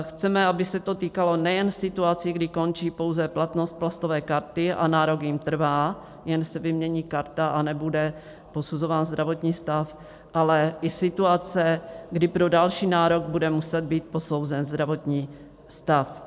Chceme, aby se to týkalo nejen situací, kdy končí pouze platnost plastové karty a nárok jim trvá, jen se vymění karta a nebude posuzován zdravotní stav, ale i situace, kdy pro další nárok bude muset být posouzen zdravotní stav.